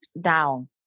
down